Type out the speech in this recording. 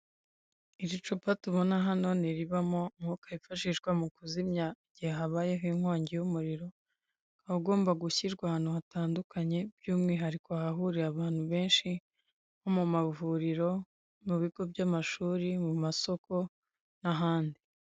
Iri cupa tubona hano ni iribamo umwuka wifashishwa mu kuzimya igihe habayeho inkongi y'umuriro, ukaba ugomba gushyirwa ahantu hatandukanye by'umwihariko ahahurira abantu benshi, nko mu mavuriro, ibigo by'amashuri, mu masoko n'ahandi.